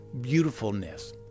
beautifulness